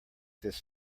this